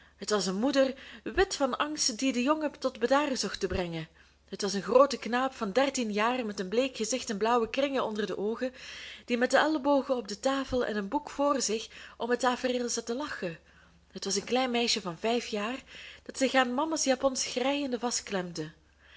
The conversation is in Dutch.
het was een moeder wit van angst die den jongen tot bedaren zocht te brengen het was een groote knaap van dertien jaar met een bleek gezicht en blauwe kringen onder de oogen die met de ellebogen op de tafel en een boek vr zich om het tafereel zat te lachen het was een klein meisje van vijf jaar dat zich aan mama's japon schreiende